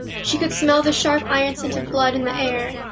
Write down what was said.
she could smell the sharp iron scent of blood in the air,